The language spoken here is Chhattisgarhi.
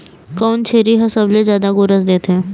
कोन छेरी हर सबले जादा गोरस देथे?